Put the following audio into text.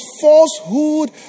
falsehood